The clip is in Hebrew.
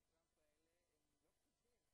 אני מחדש את הישיבה.